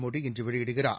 மோடி இன்று வெளியிடுகிறார்